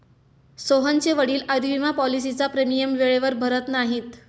सोहनचे वडील आयुर्विमा पॉलिसीचा प्रीमियम वेळेवर भरत नाहीत